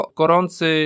gorący